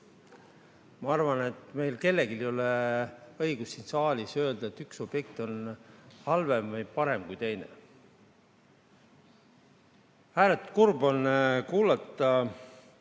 Ma arvan, et meil kellelgi ei ole õigust siin saalis öelda, et üks objekt on halvem või parem kui teine. Ääretult kurb on kuulata